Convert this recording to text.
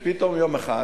ופתאום יום אחד